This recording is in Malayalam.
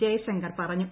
ജയ്ശങ്കർ പറഞ്ഞു